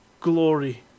Glory